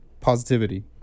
positivity